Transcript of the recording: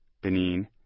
Benin